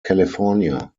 california